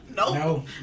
No